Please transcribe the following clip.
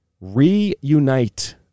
reunite